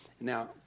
Now